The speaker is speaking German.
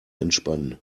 entspannen